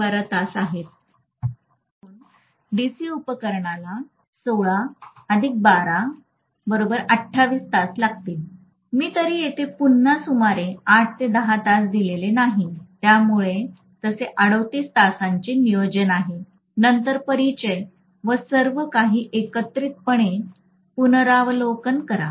5 तास आहेत म्हणून डीसी उपकरणला १६१२२८ तास लागतील मी तरी येथे पुन्हा सुमारे ८ ते १० तास दिलेले नाही त्यामुळे तसे ३८ तासांचे नियोजन आहे नंतर परिचय व सर्व काही एकत्रितपणे पुनरावलोकन करा